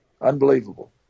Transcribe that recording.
Unbelievable